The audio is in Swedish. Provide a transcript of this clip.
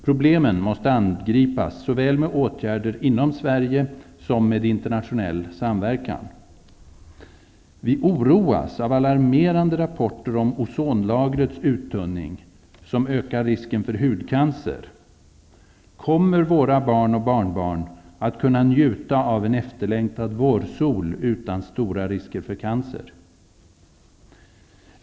Problemen måste angripas såväl med åtgärder inom Sverige som med internationell samverkan. Vi oroas av alarmerande rapporter om ozonlagrets uttunning, som ökar risken för hudcancer. Kommer våra barn och barnbarn att kunna njuta av en efterlängtad vårsol utan stora risker för cancer?